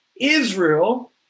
Israel